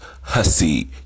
hussy